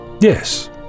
Yes